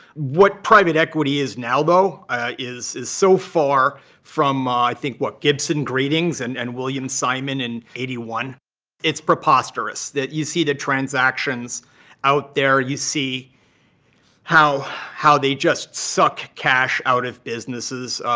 what private equity is now though is is so far from, i think, what gibson greetings and and william simon in eighty one it's preposterous that you see the transactions out there. you see how how they just suck cash out of businesses.